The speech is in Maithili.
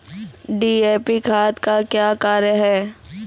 डी.ए.पी खाद का क्या कार्य हैं?